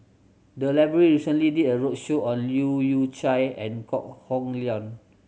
the library recently did a roadshow on Leu Yew Chye and Kok Hong Leun